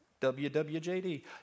WWJD